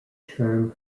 term